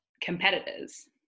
competitors